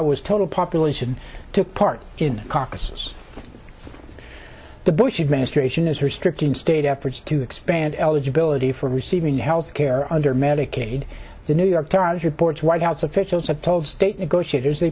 was total population took part in caucus the bush administration is restricting state efforts to expand eligibility for receiving health care under medicaid the new york times reports white house officials have told state negotiators they